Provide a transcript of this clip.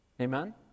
Amen